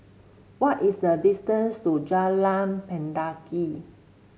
what is the distance to Jalan Mendaki